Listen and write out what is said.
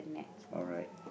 alright